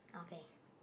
okay